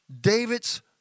David's